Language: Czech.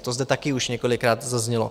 To zde také už několikrát zaznělo.